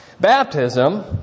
Baptism